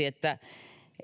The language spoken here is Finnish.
että